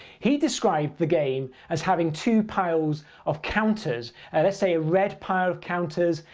he described the game as having two piles of counters. let's say a red pile of counters,